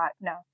no